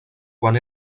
quan